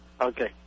Okay